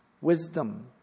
wisdom